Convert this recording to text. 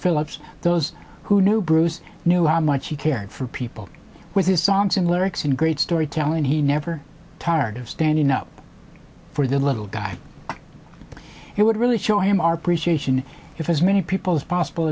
philips those who knew bruce knew how much he cared for people with his songs and lyrics and great storytelling he never tired of standing up for the little guy it would really show him our precision if as many people as possible